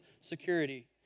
security